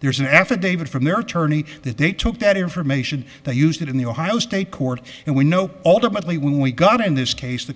there's an affidavit from their attorney that they took that information they used it in the ohio state court and we know ultimately when we got in this case the